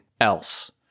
else